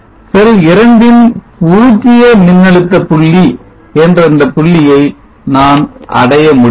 செல் 2 ன் பூச்சிய மின்னழுத்த புள்ளி என்ற இந்த புள்ளியை நான் அடைய முடியும்